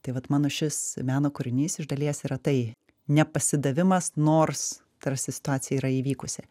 tai vat mano šis meno kūrinys iš dalies yra tai nepasidavimas nors tarsi situacija yra įvykusi